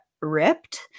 ripped